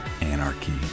anarchy